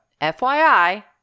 FYI